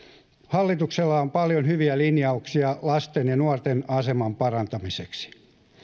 hallituksella on paljon hyviä linjauksia lasten ja nuorten aseman parantamiseksi